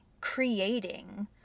creating